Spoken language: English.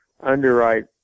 underwrite